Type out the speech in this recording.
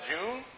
June